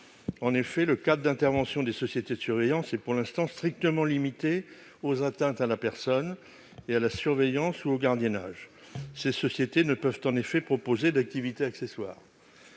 En effet, le cadre d'intervention des sociétés de surveillance est pour l'instant strictement limité aux atteintes à la personne et à la surveillance ou au gardiennage. Ces sociétés ne peuvent donc proposer d'activités accessoires.